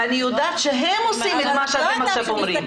ואני יודעת שהם עושים את מה שאתם עכשיו אומרים.